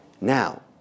Now